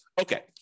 Okay